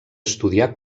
estudiar